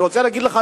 אני רוצה להגיד לך,